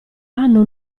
hanno